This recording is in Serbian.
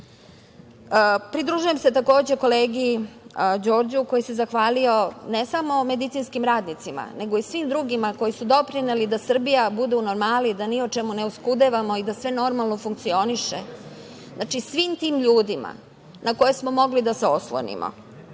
odgovornost. Pridružujem se, takođe, kolegi Đorđu koji se zahvalio ne samo medicinskim radnicima, nego i svim drugima koji su doprineli da Srbija bude u normali, da ni o čemu ne oskudevamo, i da sve normalno funkcioniše. Znači, svim tim ljudima na koje smo mogli da se oslonimo,